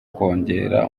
kongera